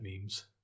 memes